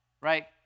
right